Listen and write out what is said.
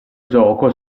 gioco